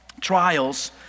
trials